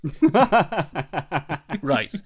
Right